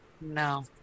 No